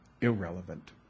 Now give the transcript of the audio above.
irrelevant